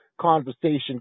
conversation